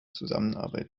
zusammenarbeit